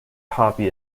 copy